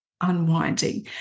unwinding